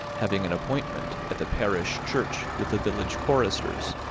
having an appointment at the parish church with the village choristers,